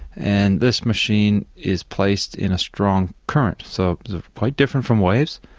and this machine is placed in a strong current, so quite different from waves,